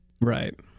right